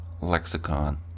Lexicon